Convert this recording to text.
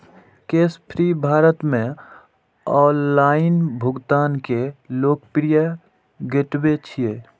Cashfree Bharat मे online भुगतान के लोकप्रिय गेटवे छियै